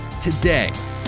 today